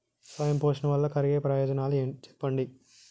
స్వయం పోషణ వల్ల కలిగే ప్రయోజనాలు చెప్పండి?